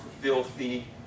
filthy